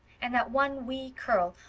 and that one wee curl,